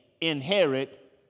inherit